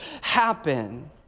happen